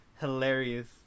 hilarious